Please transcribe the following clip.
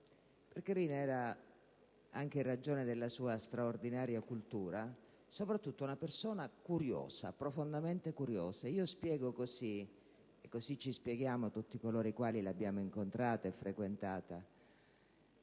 Perché lei era, anche in ragione della sua straordinaria cultura, soprattutto una persona curiosa, profondamente curiosa. Io spiego così - e così se lo spiegano tutti coloro i quali l'hanno incontrata, l'hanno frequentata